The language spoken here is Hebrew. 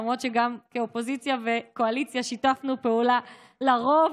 למרות שגם כאופוזיציה וקואליציה שיתפנו פעולה לרוב,